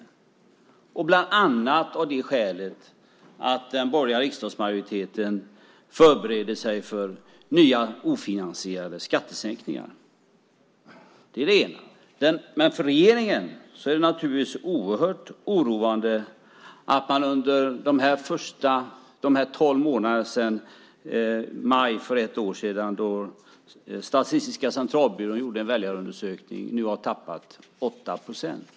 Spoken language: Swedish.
Det beror bland annat på att den borgerliga riksdagsmajoriteten förbereder sig för nya ofinansierade skattesänkningar. Men för regeringen är det naturligtvis oerhört oroande att man under de tolv månaderna sedan maj för ett år sedan då Statistiska centralbyrån gjorde en väljarundersökning nu har tappat 8 procent.